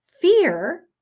Fear